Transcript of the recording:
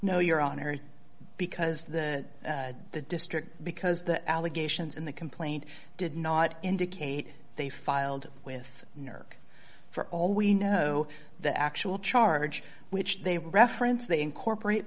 no your honor because the the district because the allegations in the complaint did not indicate they filed with nerve for all we know the actual charge which they reference they incorporate